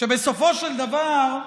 בסופו של דבר,